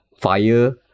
Fire